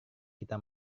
kita